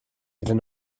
iddyn